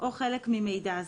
או חלק ממידע זה,